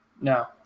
No